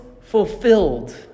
fulfilled